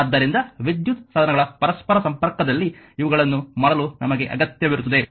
ಆದ್ದರಿಂದ ವಿದ್ಯುತ್ ಸಾಧನಗಳ ಪರಸ್ಪರ ಸಂಪರ್ಕದಲ್ಲಿ ಇವುಗಳನ್ನು ಮಾಡಲು ನಮಗೆ ಅಗತ್ಯವಿರುತ್ತದೆ